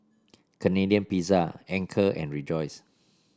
Canadian Pizza Anchor and Rejoice